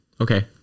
okay